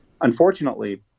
Unfortunately